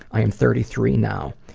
i'm thirty-three now.